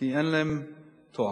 כי אין להן תואר.